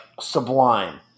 sublime